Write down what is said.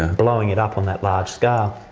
blowing it up on that large scale.